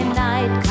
night